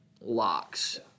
locks